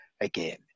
again